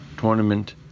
tournament